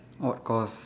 what course